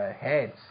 heads